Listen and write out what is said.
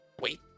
Wait